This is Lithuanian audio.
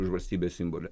už valstybės simbolį